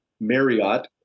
Marriott